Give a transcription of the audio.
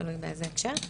תלוי באיזה הקשר,